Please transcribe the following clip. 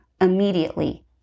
immediately